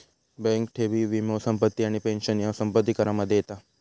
bank ठेवी, वीमो, संपत्ती आणि पेंशन ह्या संपत्ती करामध्ये येता